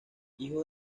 hijo